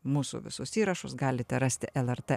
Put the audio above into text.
mūsų visus įrašus galite rasti lrt